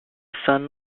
son